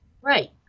Right